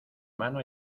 mano